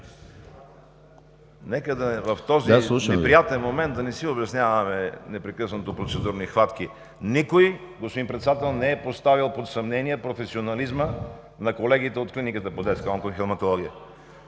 Нека в този неприятен момент да не си обясняваме непрекъснато процедурни хватки. Никой, господин Председател, не е поставял под съмнение професионализма на колегите от Клиниката по детска онкохематология.